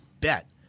bet